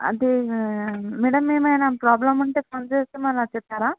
అది మ్యాడమ్ ఏమైన ప్రాబ్లమ్ ఉంటే ఫోన్ చేస్తే మరల చెప్తారా